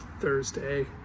Thursday –